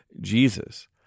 Jesus